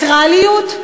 בנייטרליות?